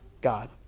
God